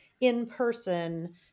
in-person